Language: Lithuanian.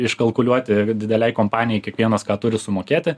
iškalkuliuoti didelei kompanijai kiekvienas ką turi sumokėti